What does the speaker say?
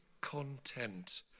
content